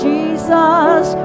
Jesus